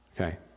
Okay